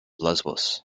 lesbos